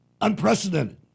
unprecedented